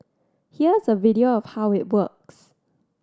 here's a video of how it works